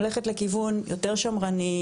הולכת לכיוון יותר שמרני,